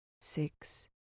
six